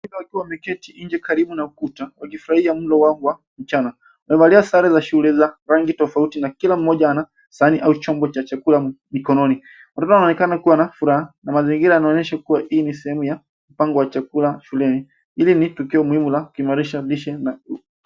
Wengine wakiwa wameketi nje karibu na ukuta wakifurahia mlo wao wa mchana , wamevalia sare za shule za rangi tofauti na kila mmoja ana sahani au chombo cha chakula mikononi. Watoto wanaonekana kuwa na furaha na mazingira yanaonyesha kuwa hii ni sehemu ya mpango wa chakula shuleni. Hili ni tukio muhimu la kuimarisha lishe na.